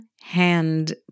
hand